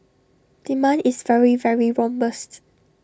demand is very very robust